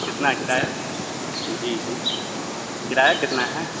کتنا ہے کرایہ جی جی کرایہ کتنا ہے